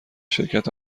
شرکت